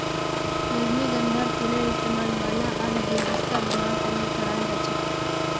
रजनीगंधार फूलेर इस्तमाल माला आर गुलदस्ता बनव्वार तने कराल जा छेक